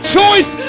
choice